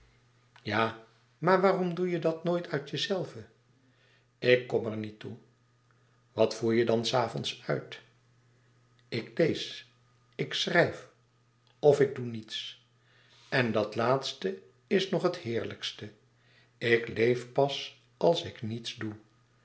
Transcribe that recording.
ja maar waarom doe je dat nooit uit jezelve ik kom er niet toe wat voer je dan s avonds uit ik lees ik schrijf of ik doe niets en dat laatste is nog het heerlijkste ik leef pas als ik niets doe